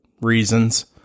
reasons